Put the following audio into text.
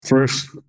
First